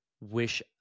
wish